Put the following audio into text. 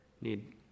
need